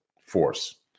force